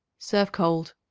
serve cold.